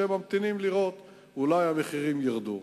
והם ממתינים לראות אולי המחירים ירדו.